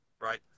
Right